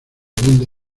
dónde